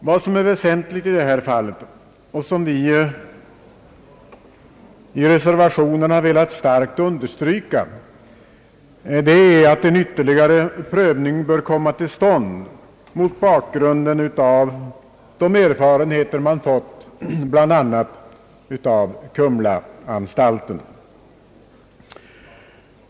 Vad som är väsentligt och som vi i reservationen velat starkt understryka är att en ytterligare prövning bör komma till stånd mot bakgrunden av de erfarenheter man fått av bl.a. Kumlaanstalten.